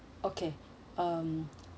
okay um